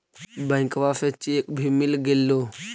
बैंकवा से चेक भी मिलगेलो?